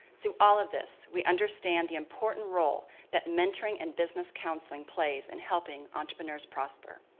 through all of this, we understand the important role that mentoring and business counseling plays in helping entrepreneurs prosper.